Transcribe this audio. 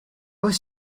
was